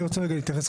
אני רוצה להתייחס.